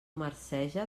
marceja